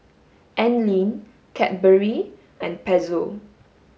Anlene Cadbury and Pezzo